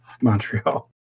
Montreal